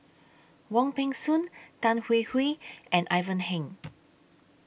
Wong Peng Soon Tan Hwee Hwee and Ivan Heng